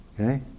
okay